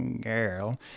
girl